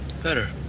Better